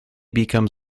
become